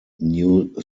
new